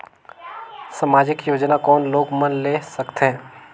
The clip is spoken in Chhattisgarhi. समाजिक योजना कोन लोग मन ले सकथे?